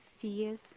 fears